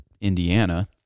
Indiana